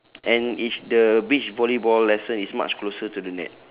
and each the beach volleyball lesson is much closer to the net